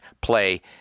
play